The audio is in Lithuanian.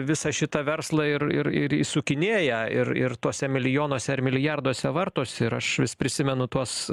visą šitą verslą ir ir ir ir įsukinėja ir ir tuose milijonuose ar milijarduose vartosi ir aš vis prisimenu tuos